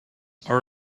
are